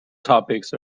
topics